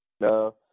No